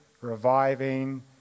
reviving